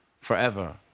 forever